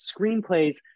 screenplays